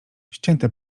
ścięte